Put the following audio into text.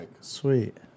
Sweet